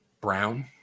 Brown